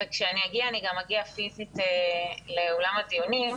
אני גם אגיע פיזית לאולם הדיונים,